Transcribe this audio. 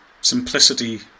Simplicity